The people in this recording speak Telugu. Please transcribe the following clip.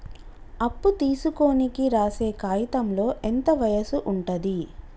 అప్పు తీసుకోనికి రాసే కాయితంలో ఎంత వయసు ఉంటది?